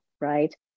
right